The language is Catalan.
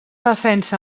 defensa